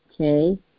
okay